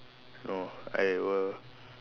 no I will